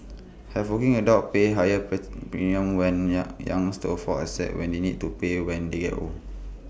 have working adults pay higher premiums when Young's to offset when they need to pay when they get old